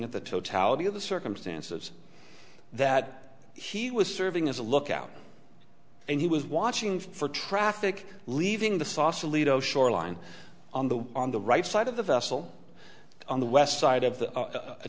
at the totality of the circumstances that he was serving as a lookout and he was watching for traffic leaving the sausalito shoreline on the on the right side of the vessel on the west side of the